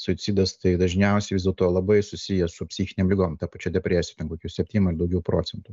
suicidas tai dažniausiai vis dėlto labai susiję su psichinėm ligom ta pačia depresija ten kokių septym ar daugiau procentų